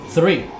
Three